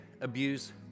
abuse